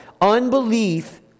Unbelief